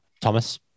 Thomas